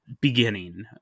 beginning